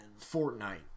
Fortnite